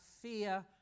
fear